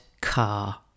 car